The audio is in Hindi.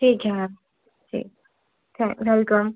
ठीक है मैम ठीक व्हेलकम